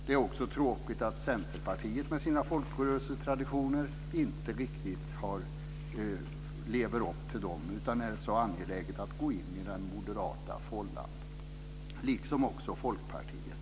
Det är också tråkigt att Centerpartiet med sina folkrörelsetraditioner inte riktigt lever upp till dem utan är angeläget om att gå in i den moderata fållan, liksom också Folkpartiet.